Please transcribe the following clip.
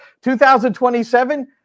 2027